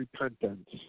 repentance